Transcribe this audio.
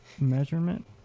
measurement